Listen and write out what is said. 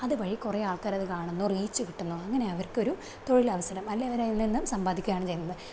അതുവഴി കുറേ ആൾക്കാരത് കാണുന്നു റീച്ച് കിട്ടുന്നു അങ്ങനെ അവർക്കൊരു തൊഴിൽ അവസരം അല്ലേൽ അവര് അതിൽ നിന്ന് സമ്പാദിക്കുകയാണ് ചെയ്യുന്നത്